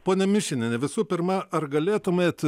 ponia mišiniene visų pirma ar galėtumėt